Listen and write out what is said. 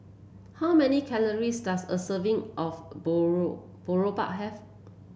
how many calories does a serving of Boribap have